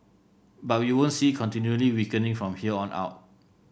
but we won't see it continually weakening from here on out